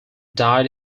died